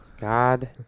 God